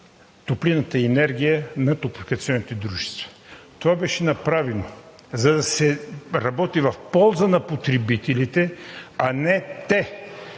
топлинната енергия на топлофикационните дружества. Това беше направено, за да се работи в полза на потребителите, а не